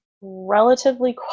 relatively